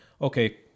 okay